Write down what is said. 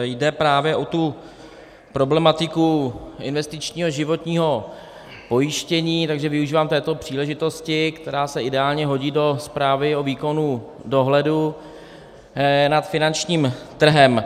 Jde právě o tu problematiku investičního životního pojištění, takže využívám této příležitosti, která se ideálně hodí do zprávy o výkonu dohledu nad finančním trhem.